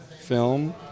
Film